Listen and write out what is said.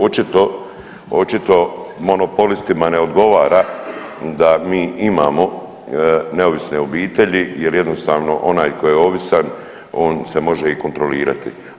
Očito monopolistima ne odgovara da mi imamo neovisne obitelji jer jednostavno onaj koji je ovisan on se može i kontrolirati.